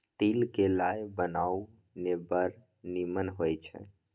तिल क लाय बनाउ ने बड़ निमन होए छै